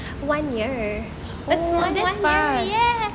oo that's fast